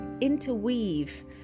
interweave